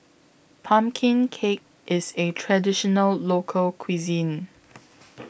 Pumpkin Cake IS A Traditional Local Cuisine